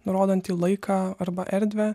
nurodantį laiką arba erdvę